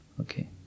Okay